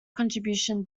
contribution